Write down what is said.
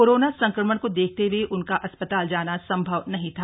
corona संक्रमण को देखते हए उनका अस्पताल जाना संभव नहीं था